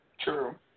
True